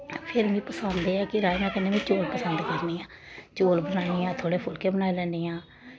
फिर मिगी पसंद एह् ऐ कि राजमा कन्नै में शैल पसंद करनी आं चौल बनानी आं थोह्ड़े फुल्के बनाई लैन्नी आं